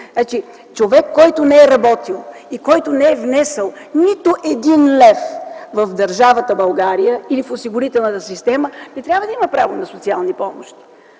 – човек, който не е работил и не е внесъл нито един лев в държавата България или в осигурителната система, не трябва да има право на социални помощи.